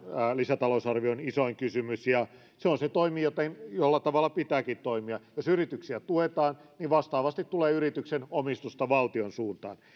lisätalousarvion isoin kysymys ja se on se toimi millä tavalla pitääkin toimia jos yrityksiä tuetaan niin vastaavasti tulee yrityksen omistusta valtion suuntaan